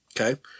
Okay